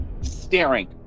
staring